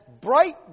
bright